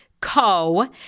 Co